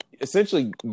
essentially